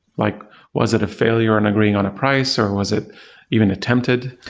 like was it a failure on agreeing on a price, or was it even attempted?